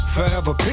Forever